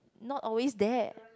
not always there